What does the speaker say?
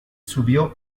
subió